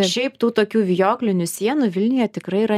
šiaip tų tokių vijoklinių sienų vilniuje tikrai yra